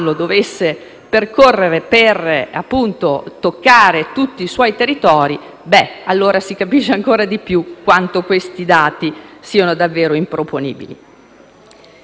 territori, si capirebbe ancora di più quanto questi dati siano davvero improponibili. Anche perché - mi preme sottolinearlo, Presidente